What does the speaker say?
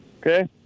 Okay